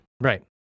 Right